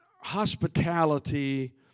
hospitality